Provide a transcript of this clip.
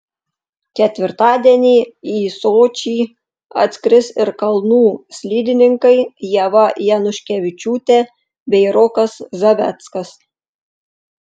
ketvirtadienį į sočį atskris ir kalnų slidininkai ieva januškevičiūtė bei rokas zaveckas